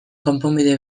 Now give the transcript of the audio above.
konponbide